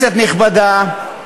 כנסת נכבדה,